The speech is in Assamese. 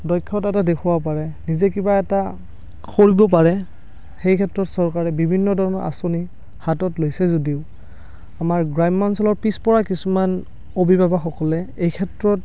দক্ষতা এটা দেখুৱাব পাৰে নিজে কিবা এটা কৰিব পাৰে সেইক্ষেত্ৰত চৰকাৰে বিভিন্ন ধৰণৰ আঁচনি হাতত লৈছে যদিও আমাৰ গ্ৰাম্য়াঞ্চলৰ পিছপৰা কিছুমান অভিভাৱকসকলে এইক্ষেত্ৰত